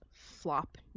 flop